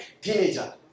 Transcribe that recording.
Teenager